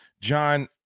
John